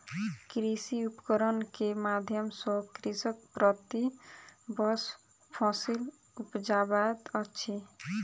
कृषि उपकरण के माध्यम सॅ कृषक प्रति वर्ष फसिल उपजाबैत अछि